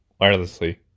wirelessly